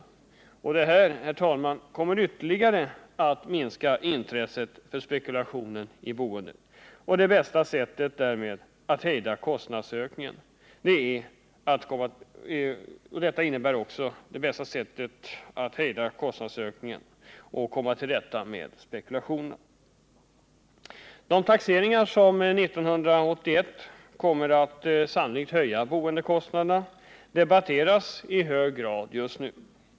Ett genomförande av detta krav, herr talman, kommer att ytterligare minska intresset för spekulationer i boendet och är därmed det bästa sättet att hejda kostnadsökningen och komma till rätta med spekulationen. De taxeringar som 1981 sannolikt kommer att höja boendekostnaderna debatteras just nu livligt.